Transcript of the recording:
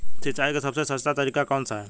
सिंचाई का सबसे सस्ता तरीका कौन सा है?